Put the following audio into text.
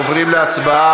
נא להצביע.